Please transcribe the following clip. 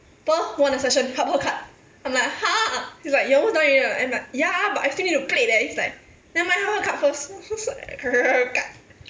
pearl hold on a session help her cut I'm like !huh! she's like you're almost done already [what] I'm like ya but I still need to plate eh she's like never mind help her cut first so I cut